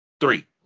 three